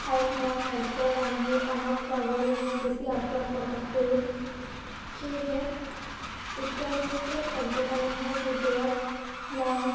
ঠাইখনৰ খাদ্য ৰান্ধি আনক খোৱাবলৈ মই বেছি আগ্ৰহ প্ৰকাশ কৰোঁ সেয়েহে উত্তৰ ভাৰতীয় খাদ্যসমূহৰ ভিতৰত মই